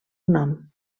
nom